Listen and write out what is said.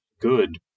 good